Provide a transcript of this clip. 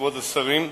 כבוד השרים,